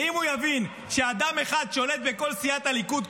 אם הוא יבין שאדם אחד שולט בכל סיעת הליכוד,